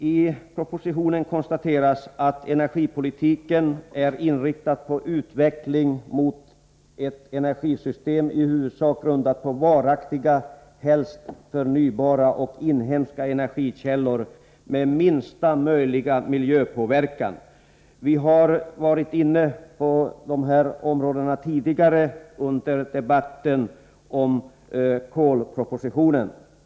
I propositionen konstateras att energipolitiken är inriktad på utveckling mot ett energisystem i huvudsak grundat på varaktiga, helst förnybara och inhemska, energikällor med minsta möjliga miljöpåverkan. Vi har varit inne på detta tidigare i dag under debatten om kolpropositionen.